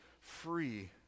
free